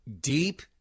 deep